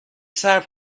صبر